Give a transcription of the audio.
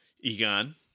Egon